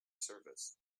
service